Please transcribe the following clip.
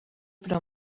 però